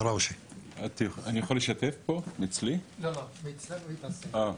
מתחם 2. נשמע את מתחם 3 והמתחמים האחרים.